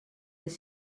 les